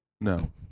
No